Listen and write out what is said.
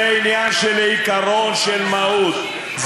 זה עניין של עיקרון, של מהות.